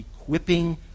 equipping